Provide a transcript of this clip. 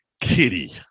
Kitty